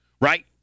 right